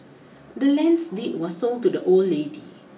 the land's deed was sold to the old lady